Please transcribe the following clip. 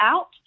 out